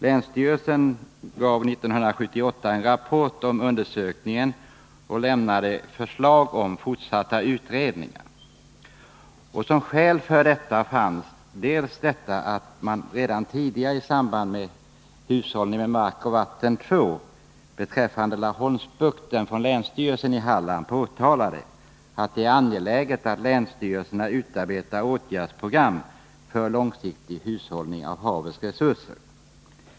Länsstyrelsen avgav 1978 en rapport om undersökningen och lämnade förslag om fortsatta utredningar. Såsom skäl för detta fanns angivet bl.a. att länsstyrelsen i Halland redan tidigare i samband med utredningen Hushållning med mark och vatten 2 beträffande Laholmsbukten påvisade att det är angeläget att länsstyrelserna utarbetar åtgärdsprogram för långsiktig hushållning med havets resurser.